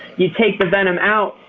you take the venom out,